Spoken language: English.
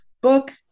book